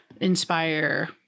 inspire